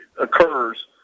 occurs